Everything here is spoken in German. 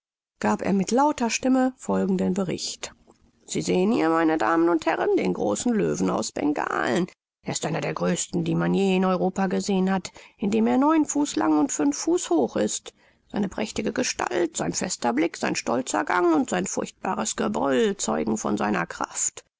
gab er mit lauter stimme folgenden bericht sie sehen hier meine herrschaften den großen löwen aus bengalen er ist einer der größten die man je in europa gesehen hat indem er neun fuß lang und fünf fuß hoch ist seine prächtige gestalt sein fester blick sein stolzer gang und sein furchtbares gebrüll zeugen von seiner kraft